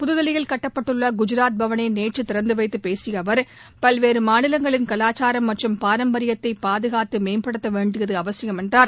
புதுதில்லியில் கட்டப்பட்டுள்ள குஜராத் பவனை நேற்று திறந்து வைத்துப் பேசிய அவர் பல்வேறு மாநிலங்களின் கலாச்சாரம் மற்றும் பாரம்பரியத்தை பாதுகாத்து மேம்படுத்த வேண்டியது அவசியம் என்றார்